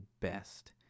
best